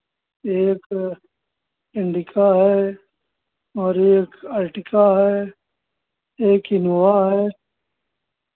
एक इंडिका है और एक आर्टिगा है एक इनोवा है